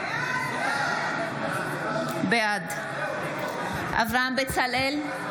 בעד אברהם בצלאל,